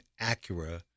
Acura